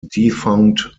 defunct